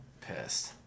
pissed